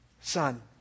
son